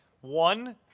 one